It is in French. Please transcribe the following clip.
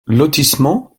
lotissement